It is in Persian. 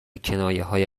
کنایههای